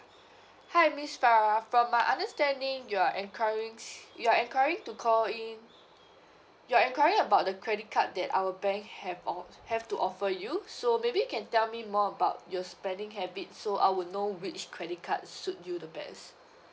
hi miss farah from my understanding you are enquiring you are enquiring to call in you are enquiring about the credit card that our bank have all have to offer you so maybe you can tell me more about your spending habits so I would know which credit card suit you the best